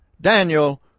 Daniel